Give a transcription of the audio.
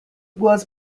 was